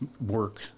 work